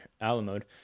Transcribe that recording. alamode